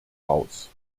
raus